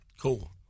Cool